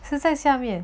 是在面